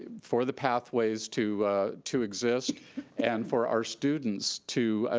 ah for the pathways to to exist and for our students to,